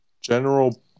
general